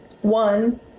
One